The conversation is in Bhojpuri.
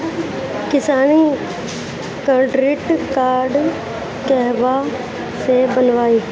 किसान क्रडिट कार्ड कहवा से बनवाई?